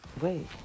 Wait